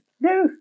No